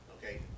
Okay